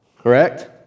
Correct